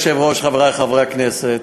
אדוני היושב-ראש, חברי חברי הכנסת,